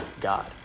God